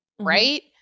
right